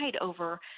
over